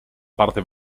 parte